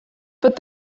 but